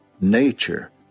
nature